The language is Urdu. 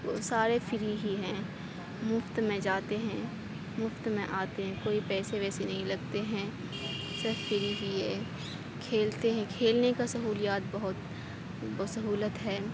سارے فری ہی ہیں مفت میں جاتے ہیں مفت میں آتے ہیں کوئی پیسے ویسے نہیں لگتے ہیں سب فری ہی ہے کھیلتے ہیں کھیلنے کا سہولیات بہت سہولت ہے